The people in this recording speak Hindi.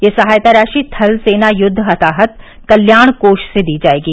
यह सहायता राशि थल सेना युद्व हताहत कल्याण कोष से दी जायेगी